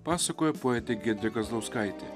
pasakoja poetė giedrė kazlauskaitė